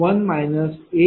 3719 0